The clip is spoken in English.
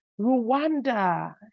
Rwanda